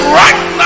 right